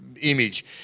image